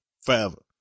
forever